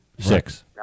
Six